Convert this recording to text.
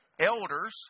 Elders